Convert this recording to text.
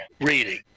reading